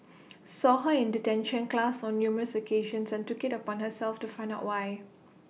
saw her in detention class on numerous occasions and took IT upon herself to find out why